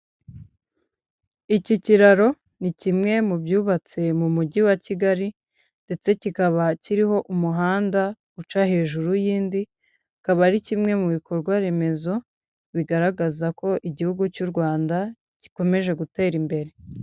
Iki kiraro ni kimwe mu byubatse mu mujyi wa Kigali ndetse kikaba ha kiriho umuhanda uca hejuru y'indi, kikaba ari kimwe mu bikorwa remezo bigaragaza ko igihugu cy'u Rwanda gikomeje gutera imbere.